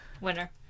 winner